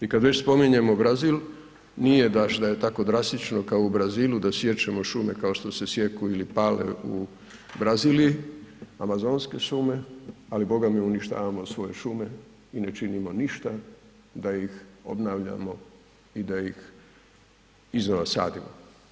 I kad već spominjemo Brazil nije baš da je tako drastično kao u Brazilu da siječemo šume kao što se sijeku ili pale u Braziliji, Amazonske šume ali bogami uništavamo svoje šume i ne činimo ništa da ih obnavljamo i da ih iznova sadimo.